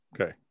Okay